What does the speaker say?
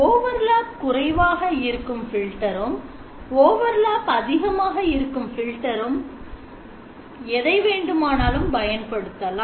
overlap குறைவாக இருக்கும் filter எம் overlap அதிகமாக இருக்கும் filter இம் பயன்படுத்தலாம்